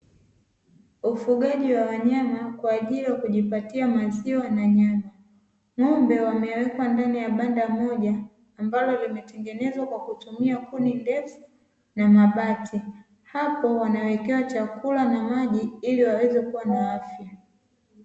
Ufugaji wa wanyama kwa ajili ya kujipatia maziwa na nyama. Ng’ombe wamewekwa ndani ya banda moja ambalo limetengenezwa kwa kutumia kuni ndefu na mabati. Hapo wanawekewa chakula na maji ili waweze kuwa na afya.